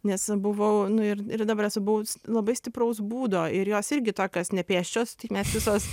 nes buvau nu ir ir dabar esu buvus labai stipraus būdo ir jos irgi tokios nepėsčios tai mes visos